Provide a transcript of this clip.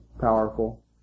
powerful